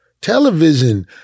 Television